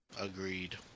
Agreed